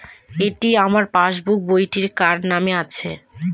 এটি আমার পাসবুক বইটি কার নামে আছে?